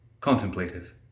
contemplative